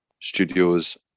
studios